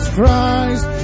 Christ